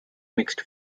mixed